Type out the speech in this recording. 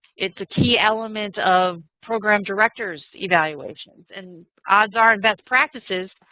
it's a key element of program directors' evaluations. and odds are in best practices,